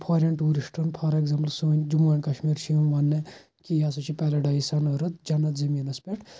foreign ٹیٛوٗرسٹَن for example سٲنۍ Jammu and Kashmir چھِ یوان وَننہٕ کہِ یہِ ہَسا چھِ پیرَڈایس آن أرتھ جنت زمیٖنَس پٮ۪ٹھ